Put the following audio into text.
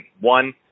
One